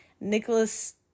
Nicholas